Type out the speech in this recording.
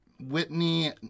Whitney